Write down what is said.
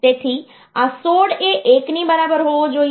તેથી આ 16 એ 1 ની બરાબર હોવો જોઈએ